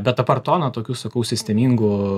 bet apart to na tokių sakau sistemingų